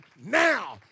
now